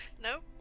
Nope